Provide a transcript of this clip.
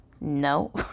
no